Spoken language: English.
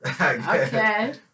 Okay